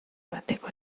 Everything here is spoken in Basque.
bateko